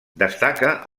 destaca